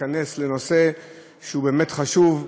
באמת חשוב,